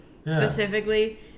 specifically